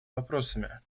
вопросами